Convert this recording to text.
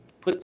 put